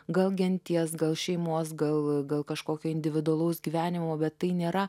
gal genties gal šeimos gal gal kažkokio individualaus gyvenimo bet tai nėra